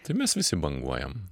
tai mes visi banguojam